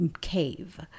cave